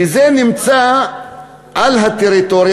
שזה נמצא על הטריטוריה,